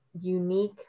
unique